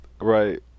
Right